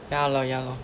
ya lor ya lor